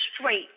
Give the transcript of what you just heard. straight